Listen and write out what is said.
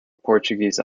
portuguese